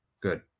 Good